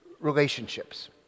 relationships